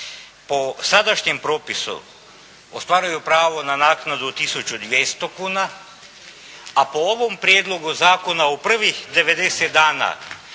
po sadašnjem propisu ostvaruju pravo na naknadu tisuću 200 kuna, a po ovom prijedlogu zakona u prvih 90 dana